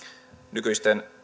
nykyisten